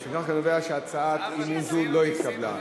לפיכך, אני קובע שהצעת אי-אמון זו לא התקבלה.